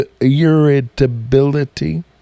irritability